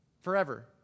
Forever